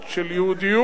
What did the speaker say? של יהודיות,